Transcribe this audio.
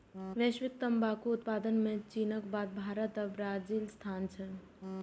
वैश्विक तंबाकू उत्पादन मे चीनक बाद भारत आ ब्राजीलक स्थान छै